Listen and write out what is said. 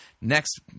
Next